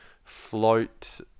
float